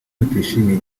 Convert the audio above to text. batishimiye